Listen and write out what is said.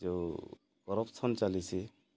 ଯୋଉ କରପ୍ସନ୍ ଚାଲିଛି